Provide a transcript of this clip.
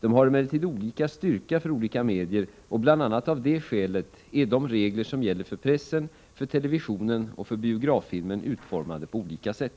De har emellertid olika styrka för olika medier, och bl.a. av det skälet är de regler som gäller för pressen, för televisionen och för biograffilmen utformade på olika sätt.